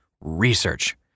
research